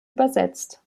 übersetzt